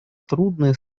трудное